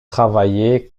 travaillé